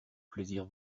plaisir